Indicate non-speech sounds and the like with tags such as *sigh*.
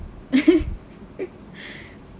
*laughs*